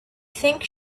think